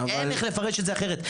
אין איך לפרש את זה אחרת.